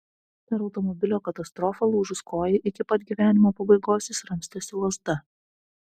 per automobilio katastrofą lūžus kojai iki pat gyvenimo pabaigos jis ramstėsi lazda